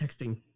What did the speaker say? texting